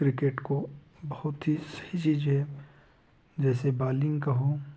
cricket को बहुत ही सही चीज़ें जैसे बॉलिंग कहो